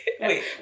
Wait